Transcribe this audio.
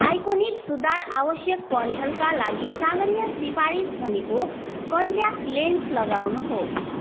iconic सुधार आवश्यक पर्नेहरूका लागि सामान्य सिफारिस भनेको कन्ट्याक्ट लेन्स लगाउनु हो